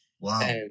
Wow